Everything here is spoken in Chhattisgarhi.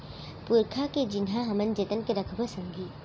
पुरखा के चिन्हा हमन जतन के रखबो संगी